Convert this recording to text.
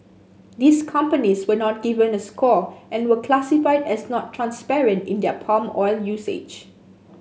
these companies were not given a score and were classified as not transparent in their palm oil usage